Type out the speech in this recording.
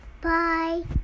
Bye